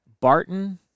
Barton